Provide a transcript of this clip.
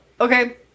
okay